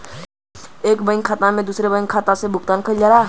एक बैंक खाता से दूसरे बैंक खाता में भुगतान कइल जाला